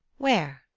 where?